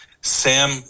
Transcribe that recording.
Sam